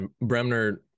Bremner